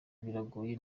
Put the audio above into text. biragoye